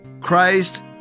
Christ